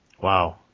wow